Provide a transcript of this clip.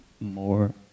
more